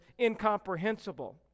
incomprehensible